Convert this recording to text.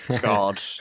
god